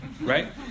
right